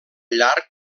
llarg